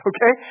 Okay